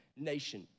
nation